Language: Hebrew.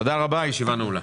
תודה רבה, הישיבה נעולה.